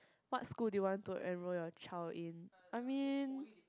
what school do you want to enroll your child in I mean